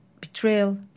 betrayal